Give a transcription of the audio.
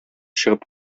чыгып